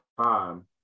time